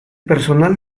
personal